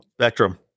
Spectrum